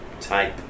type